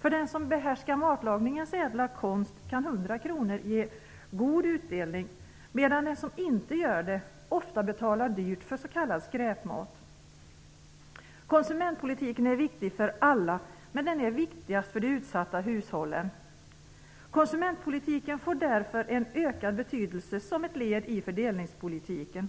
För den som behärskar matlagningens ädla konst kan 100 kr ge god utdelning medan den som inte gör det ofta betalar dyrt för s.k. skräpmat. Konsumentpolitiken är viktig för alla, men den är viktigast för de utsatta hushållen. Konsumentpolitiken får därför en ökad betydelse som ett led i fördelningspolitiken.